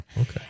okay